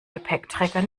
gepäckträger